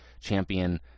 champion